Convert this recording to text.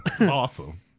awesome